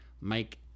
Mike